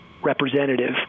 representative